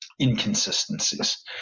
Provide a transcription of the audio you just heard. inconsistencies